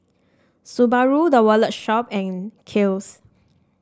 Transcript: Subaru The Wallet Shop and Kiehl's